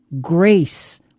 grace